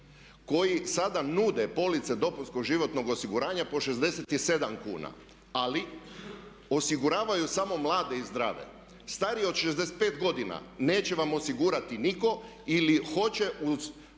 koji sada nude police dopunskog životnog osiguranja po 67 kuna. Ali osiguravaju samo mlade i zdrave. Starije od 65 godina neće vam osigurati nitko ili hoće